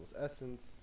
essence